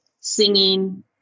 singing